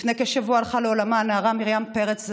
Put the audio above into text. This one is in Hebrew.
לפני כשבוע הלכה לעולמה הנערה מרים פרץ ז"ל.